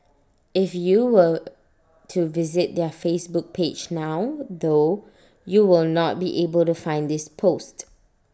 if you were to visit their Facebook page now though you will not be able to find this post